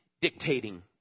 dictating